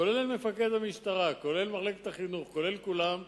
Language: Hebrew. כולל מפקד המשטרה, כולל מחלקת החינוך, כולל כולם,